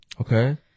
Okay